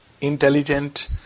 intelligent